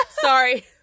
Sorry